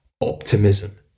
optimism